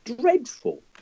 dreadful